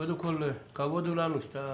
קודם כל, כבוד הוא לנו, שאתה